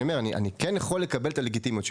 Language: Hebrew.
אני כן יכול לקבל את הלגיטימיות במה